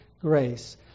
grace